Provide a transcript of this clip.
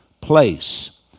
place